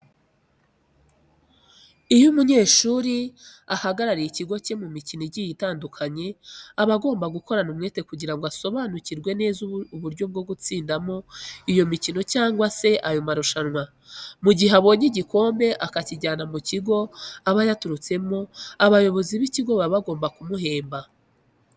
Iyo umunyeshuri uhagarariye ikigo cye mu mikino igiye itandukanye aba agomba gukorana umwete kugira ngo asobanukirwe neza uburyo bwo gutsindamo iyo mikino cyangwa se ayo marushanwa. Mu gihe abonye igikombe, akakijyana mu kigo aba yaturutsemo, abayobozi b'ikigo baba bagomba kumuhemba.